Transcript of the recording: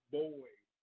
boys